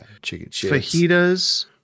fajitas